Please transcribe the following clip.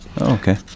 okay